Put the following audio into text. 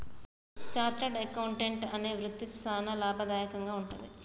chartered accountant అనే వృత్తి సానా లాభదాయకంగా వుంటది